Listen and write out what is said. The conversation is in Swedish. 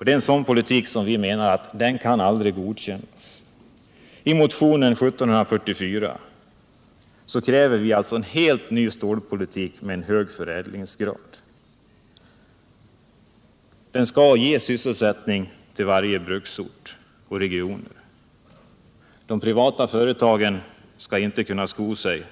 En sådan politik kan, menar vi, aldrig godkännas. I motion 1744 kräver vi en helt ny stålpolitik med en hög förädlingsgrad. Den skall ge sysselsättning till varje bruksort och region. De privata företagen skall inte kunna sko sig